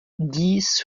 dix